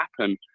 happen